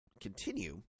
continue